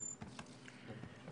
והוא לא תוקן.